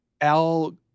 Al